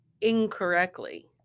incorrectly